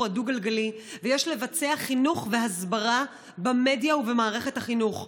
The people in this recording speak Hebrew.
הדו-גלגלי ויש לבצע חינוך והסברה במדיה ובמערכת החינוך.